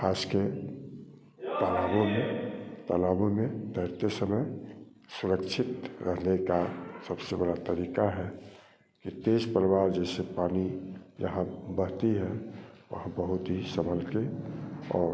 खास के तालाबों में तालाबों में तैरते समय सुरक्षित रहने का सबसे बड़ा तरीका है कि तेज प्रवाह जैसे पानी जहाँ बहती है वहाँ बहुत ही संभल के और